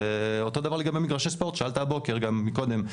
אותו הדבר לגבי מגרשי ספורט, ששאלת מקודם לגביהם.